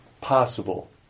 possible